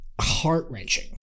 heart-wrenching